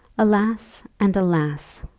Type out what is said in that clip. alas, and alas!